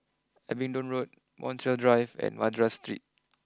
Abingdon Road Montreal Drive and Madras Street